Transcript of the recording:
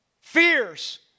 fears